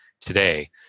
today